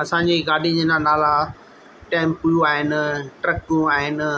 असांजे गाॾी जा नाला टैम्पू आहिनि ट्रकियूं आहिनि